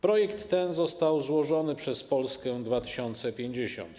Projekt ten został złożony przez Polskę 2050.